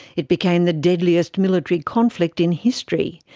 it became the deadliest military conflict in history.